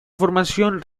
formación